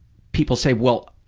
people say, well,